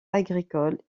agricoles